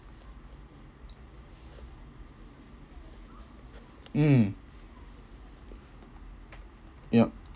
mm yup